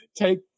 take